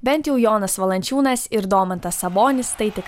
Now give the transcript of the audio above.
bent jau jonas valančiūnas ir domantas sabonis tai tikrai